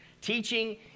Teaching